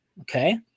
okay